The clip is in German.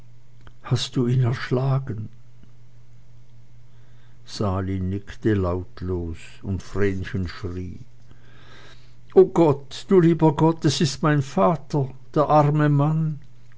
hast du ihn erschlagen sali nickte lautlos und vrenchen schrie o gott du lieber gott es ist mein vater der arme mann